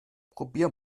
probier